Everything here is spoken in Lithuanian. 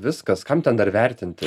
viskas kam ten dar vertinti